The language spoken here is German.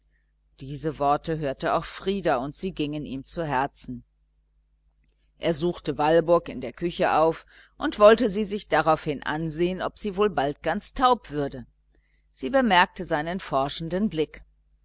diese worte hörte auch frieder und sie gingen ihm zu herzen er suchte walburg in der küche auf und wollte sie sich daraufhin ansehen ob sie wohl bald ganz taub würde sie bemerkte seinen forschenden teilnehmenden blick